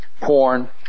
porn